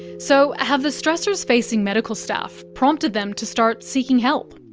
so have the stressors facing medical staff prompted them to start seeking help?